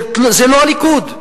זה לא הליכוד.